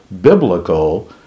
biblical